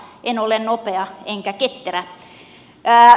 en ole nopea enkä ketterä